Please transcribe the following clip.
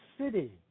City